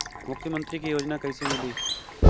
मुख्यमंत्री के योजना कइसे मिली?